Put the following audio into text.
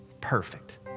perfect